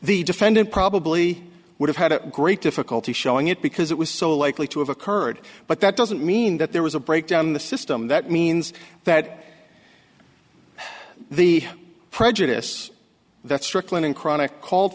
the defendant probably would have had a great difficulty showing it because it was so likely to have occurred but that doesn't mean that there was a breakdown in the system that means that the prejudice that stricklin and chronic called